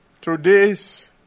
today's